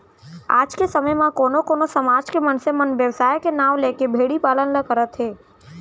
आज के समे म कोनो कोनो समाज के मनसे मन बेवसाय के नांव लेके भेड़ी पालन ल करत हें